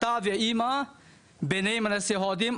אתה ואמא בני מנשה הודים,